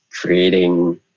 Creating